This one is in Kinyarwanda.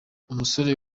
umusore